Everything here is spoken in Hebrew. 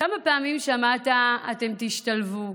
כמה פעמים שמעת: אתם תשתלבו.